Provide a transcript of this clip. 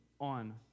on